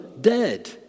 dead